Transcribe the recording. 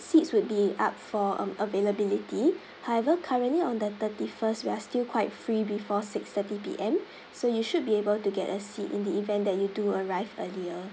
seats would be up for um availability however currently on the thirty first we are still quite free before six thirty P_M so you should be able to get a seat in the event that you do arrive earlier